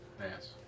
Yes